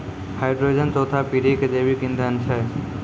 hydrogen चौथा पीढ़ी के जैविक ईंधन छै